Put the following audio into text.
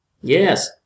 yes